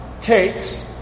takes